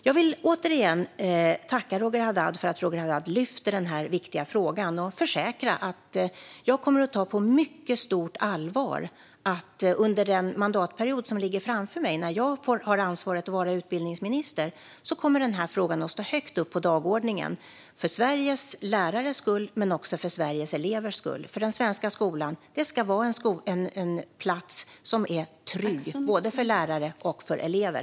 Jag vill återigen tacka Roger Haddad för att han lyfter denna viktiga fråga och försäkra att jag kommer att ta detta på mycket stort allvar. Under den mandatperiod som ligger framför mig, när jag har ansvaret att vara utbildningsminister, kommer frågan att stå högt upp på dagordningen för Sveriges lärares skull men också för Sveriges elevers skull. Den svenska skolan ska vara en plats som är trygg både för lärare och för elever.